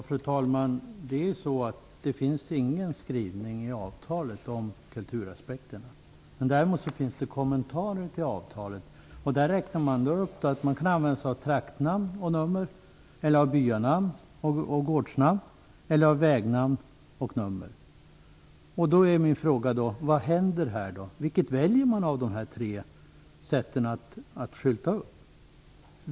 Fru talman! Det finns ingen skrivning i avtalet om kulturaspekterna, men däremot finns det kommentarer till avtalet. Där räknas upp att man kan använda sig av traktnamn och nummer eller av byanamn och gårdsnamn eller av vägnamn och nummer. Frågan är då vilket av de tre sätten att skylta som skall användas.